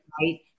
Right